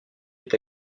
est